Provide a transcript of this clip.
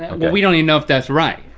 and but we don't even know if that's right.